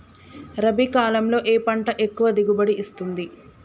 రబీ కాలంలో ఏ పంట ఎక్కువ దిగుబడి ఇస్తుంది?